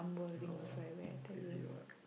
no crazy what